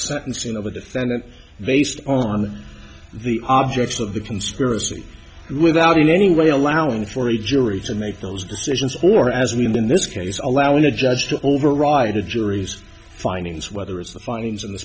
sentencing of a defendant based on the object of the conspiracy without in any way allowing for a jury to make those decisions for as we in this case allowing a judge to override the jury's findings whether it's the findings in the